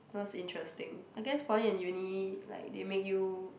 that was interesting I guess poly and uni like they make you